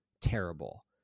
terrible